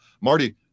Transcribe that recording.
Marty